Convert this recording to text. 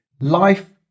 life